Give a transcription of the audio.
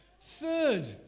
Third